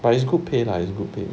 but it's good pay lah it's good pay